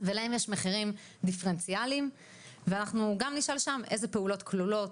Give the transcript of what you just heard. ולהם יש מחירים דיפרנציאליים ואנחנו גם נשאל שם איזה פעולות כלולות,